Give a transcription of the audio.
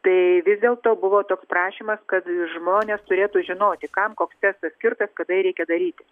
tai vis dėlto buvo toks prašymas kad žmonės turėtų žinoti kam koks testas skirtas kada jį reikia daryti